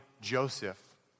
Joseph